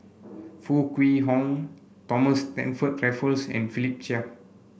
Foo Kwee Horng Thomas Stamford Raffles and Philip Chia